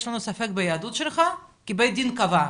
יש לנו ספק ביהדות שלך כי בית הדין קבע.